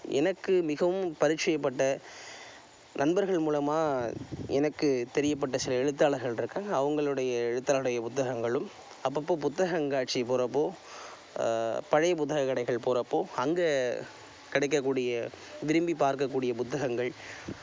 எனக்கு மிகவும் பரிச்சயப்பட்ட நண்பர்கள் மூலமாக எனக்கு தெரியப்பட்ட சில எழுத்தாளர்கள்யிருக்காங்க அவங்களுடைய எழுத்தாளரோடைய புத்தகங்களும் அப்பப்போ புத்தக கண்காட்சி போகிறப்போ பழைய புத்தக கடைகள் போகிறப்போ அங்கே கிடைக்கக்கூடிய விரும்பி பார்க்கக்கூடிய புத்தகங்கள்